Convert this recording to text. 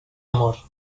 amor